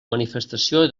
manifestació